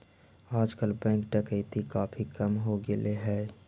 आजकल बैंक डकैती काफी कम हो गेले हई